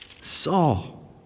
Saul